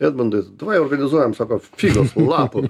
edmundas davai organizuojam sako figos lapų